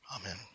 Amen